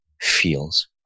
feels